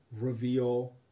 reveal